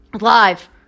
Live